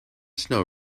snow